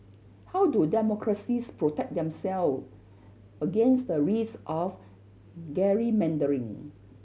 how do democracies protect themself against the risk of gerrymandering